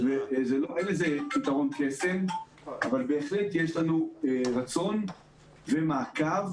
אין לזה פתרון קסם אבל בהחלט יש לנו רצון ומעקב,